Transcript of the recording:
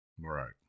Right